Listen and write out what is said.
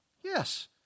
Yes